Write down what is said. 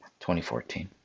2014